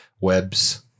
Webs